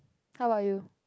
how are you